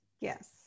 Yes